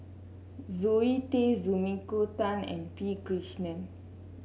Zoe Tay Sumiko Tan and P Krishnan